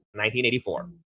1984